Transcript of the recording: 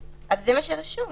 זה מה שרשום.